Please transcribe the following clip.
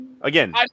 Again